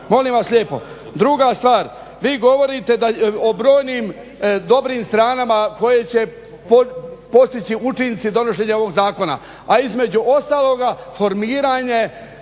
Molim vas lijepo, druga stvar vi govorite da, o brojnim dobrim stranama koje će postići učinci donošenja ovog zakona, a između ostaloga formiranje